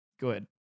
Good